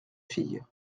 fille